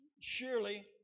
surely